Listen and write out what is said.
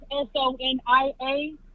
S-O-N-I-A